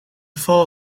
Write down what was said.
fall